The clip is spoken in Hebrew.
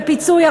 ופיצוי,